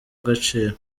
agaciro